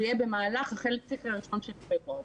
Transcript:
זה יהיה בחצי הראשון של פברואר,